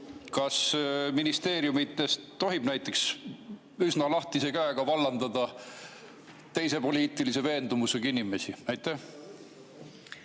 kas ministeeriumidest tohib näiteks üsna lahtise käega vallandada teise poliitilise veendumusega inimesi? Aitäh,